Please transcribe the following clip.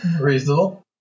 Reasonable